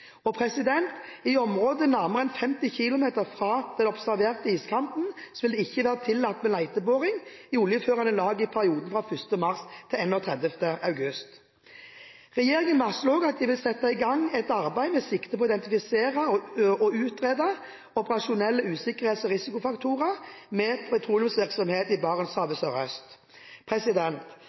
I områder nærmere enn 50 km fra den observerte iskanten vil det ikke være tillatt med leteboring i oljeførende lag i perioden fra 1. mars til 31. august. Regjeringen varsler også at den vil sette i gang et arbeid med sikte på å identifisere og utrede operasjonelle usikkerhets- og risikofaktorer ved petroleumsvirksomhet i Barentshavet sørøst.